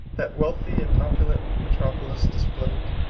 that wealthy and opulent metropolis displayed,